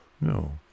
no